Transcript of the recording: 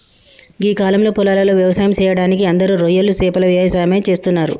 గీ కాలంలో పొలాలలో వ్యవసాయం సెయ్యడానికి అందరూ రొయ్యలు సేపల యవసాయమే చేస్తున్నరు